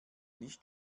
nicht